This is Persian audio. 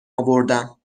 آوردم